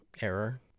error